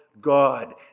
God